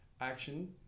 action